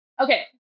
okay